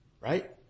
Right